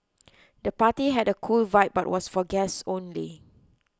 the party had a cool vibe but was for guests only